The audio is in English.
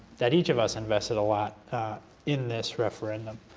that each of us invested a lot in this referendum,